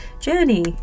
journey